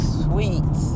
sweet